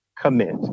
commit